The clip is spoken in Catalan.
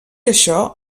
això